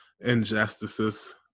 injustices